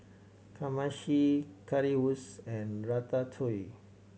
Kamameshi Currywurst and Ratatouille